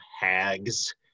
hags